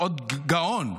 עוד גאון,